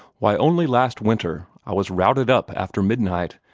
why, only last winter, i was routed up after midnight,